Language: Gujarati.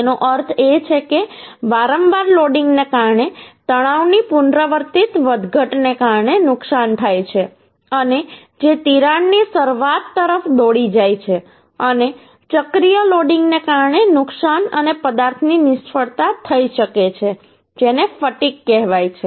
તેનો અર્થ એ છે કે વારંવાર લોડિંગને કારણે તણાવની પુનરાવર્તિત વધઘટને કારણે નુકસાન થાય છે અને જે તિરાડ ની શરૂઆત તરફ દોરી જાય છે અને ચક્રીય લોડિંગને કારણે નુકસાન અને પદાર્થની નિષ્ફળતા થઈ શકે છે જેને ફટિગ કહેવાય છે